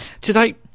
Today